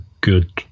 good